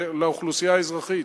לאוכלוסייה האזרחית,